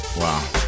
wow